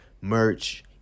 merch